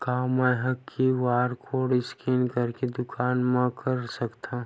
का मैं ह क्यू.आर कोड स्कैन करके दुकान मा कर सकथव?